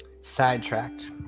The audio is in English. sidetracked